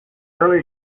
early